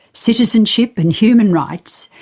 citizenship and human rights,